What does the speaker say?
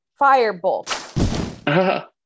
Firebolt